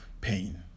pain